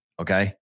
Okay